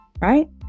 right